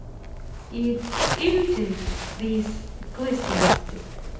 it irritated this ecclesiastic.